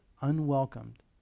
unwelcomed